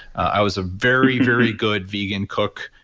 i was a very, very good vegan cook.